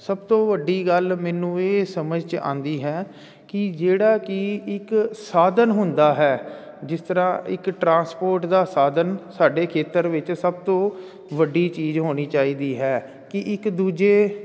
ਸਭ ਤੋਂ ਵੱਡੀ ਗੱਲ ਮੈਨੂੰ ਇਹ ਸਮਝ 'ਚ ਆਉਂਦੀ ਹੈ ਕਿ ਜਿਹੜਾ ਕਿ ਇੱਕ ਸਾਧਨ ਹੁੰਦਾ ਹੈ ਜਿਸ ਤਰ੍ਹਾਂ ਇੱਕ ਟਰਾਂਸਪੋਰਟ ਦਾ ਸਾਧਨ ਸਾਡੇ ਖੇਤਰ ਵਿੱਚ ਸਭ ਤੋਂ ਵੱਡੀ ਚੀਜ਼ ਹੋਣੀ ਚਾਹੀਦੀ ਹੈ ਕਿ ਇੱਕ ਦੂਜੇ